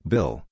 Bill